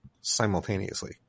simultaneously